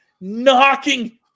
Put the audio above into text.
Knocking